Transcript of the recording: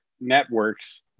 networks